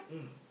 mm